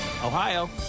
Ohio